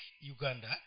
Uganda